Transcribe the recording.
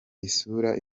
isura